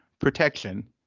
protection